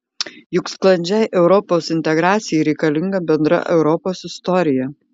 juk sklandžiai europos integracijai reikalinga bendra europos istorija